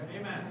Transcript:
Amen